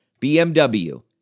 BMW